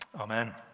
Amen